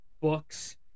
books